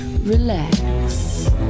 relax